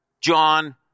John